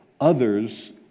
others